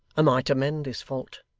might amend this fault